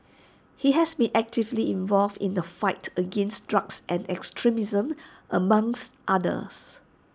he has been actively involved in the fight against drugs and extremism among others